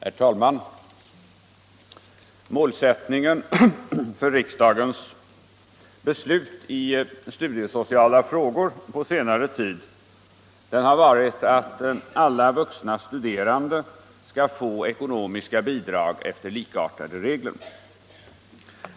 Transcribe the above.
Herr talman! Målsättningen för riksdagens beslut i studiesociala frågor på senare tid har varit att alla vuxna studerande skall få ekonomiska bidrag efter likartade regler.